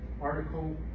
article